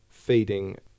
feeding